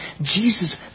Jesus